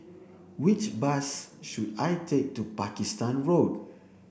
which bus should I take to Pakistan Road